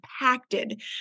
impacted